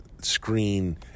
screen